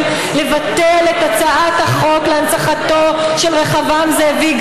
לבטל את הצעת החוק להנצחתו של רחבעם זאבי,